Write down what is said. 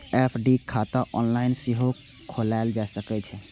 FD खाता online सेहो खोलाएल जा सकै छै